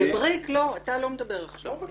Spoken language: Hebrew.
בריק, אתה לא מדבר עכשיו.